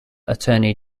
attorney